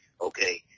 okay